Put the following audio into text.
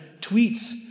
tweets